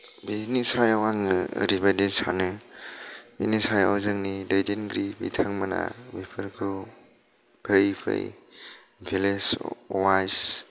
बेनि सायाव आङो ओरैबायदि सानो बेनि सायाव जोंनि दैदेनगिरि बिथांमोना बेफोरखौ फैयै फैयै भिलेज वायस